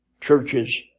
churches